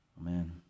Amen